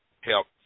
help